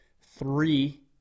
three